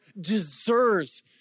deserves